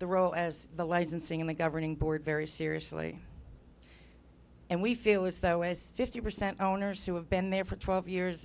the role as the licensing of the governing board very seriously and we feel as though as fifty percent owners who have been there for twelve years